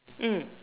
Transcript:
mm